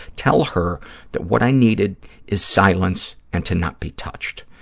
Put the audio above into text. tell her that what i needed is silence and to not be touched.